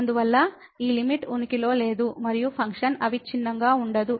అందువల్ల ఈ లిమిట్ ఉనికిలో లేదు మరియు ఫంక్షన్ అవిచ్ఛిన్నంగా ఉండదు